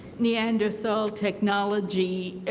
neanderthal technology